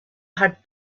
had